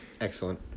excellent